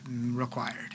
required